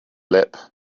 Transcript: lip